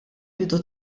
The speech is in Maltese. bidu